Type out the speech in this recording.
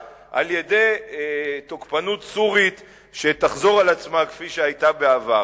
על-ידי תוקפנות סורית שתחזור על עצמה כפי שהיתה בעבר.